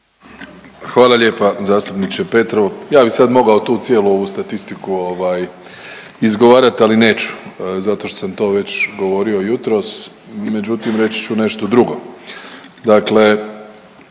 Hvala lijepa zastupniče Petrov. Ja bi sad mogao tu cijelu ovu statistiku ovaj izgovarat, ali neću zato što sam to već govorio jutros, međutim reći ću nešto drugo.